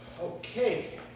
Okay